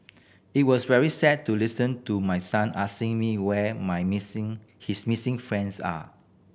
it was very sad to listen to my son asking me where my missing his missing friends are